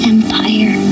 Empire